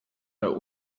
der